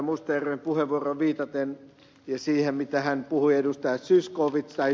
mustajärven puheenvuoroon viitaten ja siihen kun hän siteerasi ed